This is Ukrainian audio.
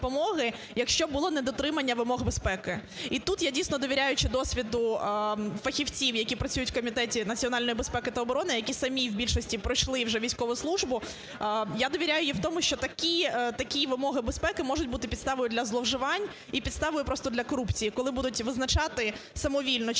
якщо було недотримання вимог безпеки. І тут я, дійсно, довіряючи досвіду фахівців, які працюють в Комітеті національної безпеки та оборони, які самі в більшості пройшли вже військову службу, я довіряю їм в тому, що такі вимоги безпеки можуть бути підставою для зловживань і підставою просто для корупції, коли будуть визначати самовільно,